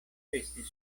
estis